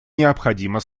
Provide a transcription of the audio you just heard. необходимо